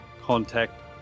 contact